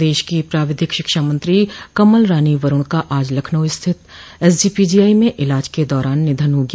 प्रदेश की प्राविधिक शिक्षामंत्री कमल रानी वरूण का आज लखनऊ स्थित एसजीपीजीआई में इलाज के दौरान निधन हो गया